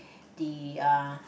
the uh